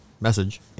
message